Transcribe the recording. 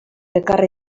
ekarri